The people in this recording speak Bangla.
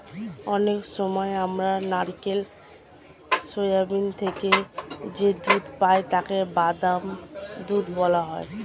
অনেক সময় আমরা নারকেল, সোয়াবিন থেকে যে দুধ পাই তাকে বাদাম দুধ বলা হয়